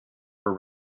her